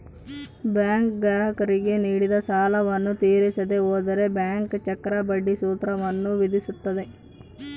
bank ಗ್ರಾಹಕರಿಗೆ ನೀಡಿದ ಸಾಲವನ್ನು ತೀರಿಸದೆ ಹೋದರೆ ಬ್ಯಾಂಕ್ ಚಕ್ರಬಡ್ಡಿ ಸೂತ್ರವನ್ನು ವಿಧಿಸುತ್ತದೆ